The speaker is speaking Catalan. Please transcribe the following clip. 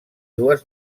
dues